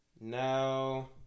now